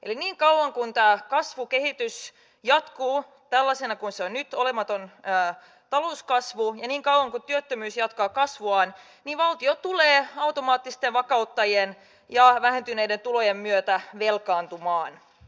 eli niin kauan kuin tämä kasvukehitys jatkuu tällaisena kuin se on nyt olematon talouskasvu ja niin kauan kuin työttömyys jatkaa kasvuaan valtio tulee automaattisten vakauttajien ja vähentyneiden tulojen myötä velkaantumaan